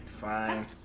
fine